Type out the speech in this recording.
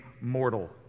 mortal